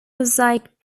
mosaic